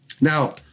Now